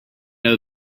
know